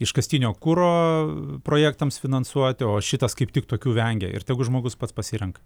iškastinio kuro projektams finansuoti o šitas kaip tik tokių vengia ir tegu žmogus pats pasirenka